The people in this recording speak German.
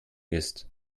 ist